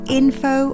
info